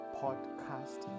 podcast